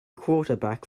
quarterback